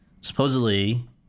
supposedly